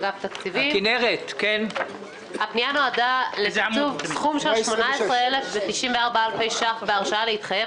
הפנייה נועדה לתקצוב סכום של 18,094 אלפי ש"ח בהרשאה להתחייב